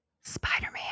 spider-man